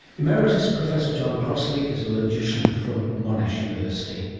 emeritus professor john crossley is a logician from monash university.